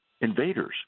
invaders